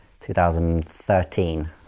2013